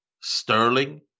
Sterling